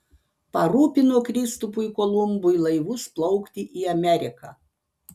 parūpino kristupui kolumbui laivus plaukti į ameriką